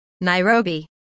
Nairobi